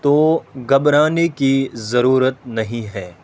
تو گھبرانے کی ضرورت نہیں ہے